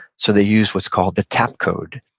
so they used what's called the tap code.